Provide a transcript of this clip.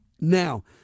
Now